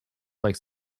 like